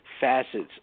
facets